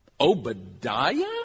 Obadiah